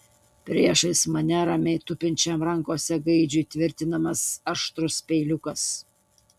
priešais mane ramiai tupinčiam rankose gaidžiui tvirtinamas aštrus peiliukas